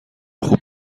خوب